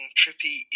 trippy